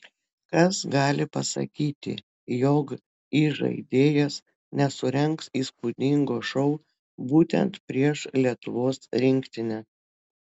kas gali pasakyti jog įžaidėjas nesurengs įspūdingo šou būtent prieš lietuvos rinktinę